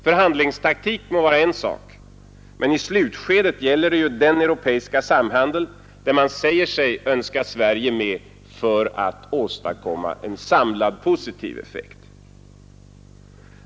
Förhandlingstaktik må vara en sak, men i slutskedet gäller det ju den europeiska samhandel, där man säger sig önska Sverige med för att åstadkomma en samlad positiv effekt.